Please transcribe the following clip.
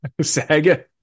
Saga